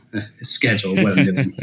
schedule